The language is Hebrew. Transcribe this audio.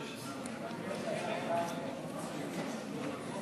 ההסתייגות (8)